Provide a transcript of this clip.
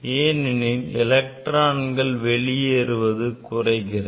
ஏனெனில் மின்னணுக்கள் வெளியேறுவது குறைகிறது